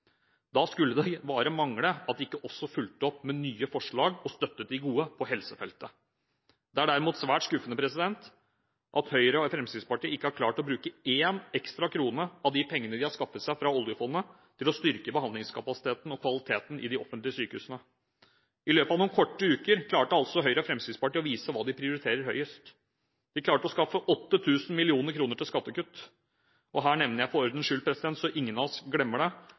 Da skulle det bare mangle at de ikke også fulgte opp med nye forslag, og støttet de gode, på helsefeltet. Det er derimot svært skuffende at Høyre og Fremskrittspartiet ikke har klart å bruke én ekstra krone av de pengene de har skaffet seg fra oljefondet, til å styrke behandlingskapasiteten og kvaliteten i de offentlige sykehusene. I løpet av noen korte uker klarte altså Høyre og Fremskrittspartiet å vise hva de prioriterer høyest. De klarte å skaffe 8 000 mill. kr til skattekutt. Og her nevner jeg for ordens skyld, så ingen av oss glemmer det: